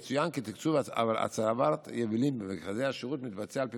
יצוין כי תקצוב הצבת יבילים במרכזי השירות מתבצע על פי